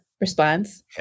response